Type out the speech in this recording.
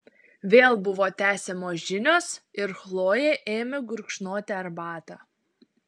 vėl buvo tęsiamos žinios ir chlojė ėmė gurkšnoti arbatą